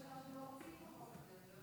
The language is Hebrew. שלא רוצים את החוק הזה.